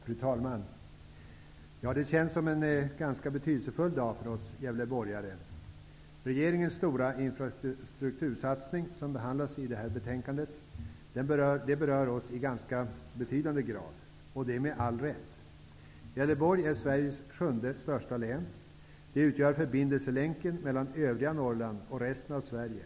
Fru talman! Det känns som en betydelsefull dag för oss gävleborgare. Regeringens stora infrastruktursatsning som behandlas i detta betänkande berör oss i ganska betydande grad, med all rätt. Gävleborg är Sveriges sjunde största län. Det utgör förbindelselänken mellan övriga Norrland och resten av Sverige.